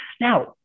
now